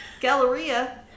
Galleria